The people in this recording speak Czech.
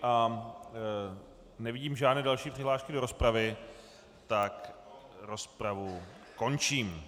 A nevidím žádné další přihlášky do rozpravy, tak rozpravu končím.